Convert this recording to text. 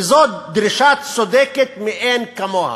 וזו דרישה צודקת מאין כמוה.